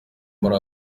muri